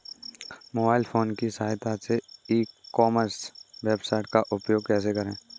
Mobile phone की सहायता से ई कॉमर्स वेबसाइट का उपयोग कैसे करें?